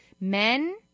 men